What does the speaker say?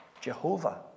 Jehovah